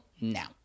now